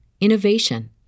innovation